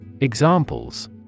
Examples